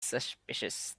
suspicious